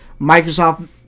Microsoft